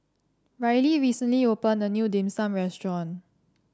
Ryley recently opened a new Dim Sum Restaurant